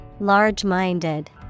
large-minded